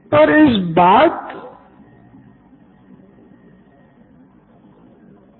Siddharth Maturi CEO Knoin electronics और अच्छे से समझने के लिए भी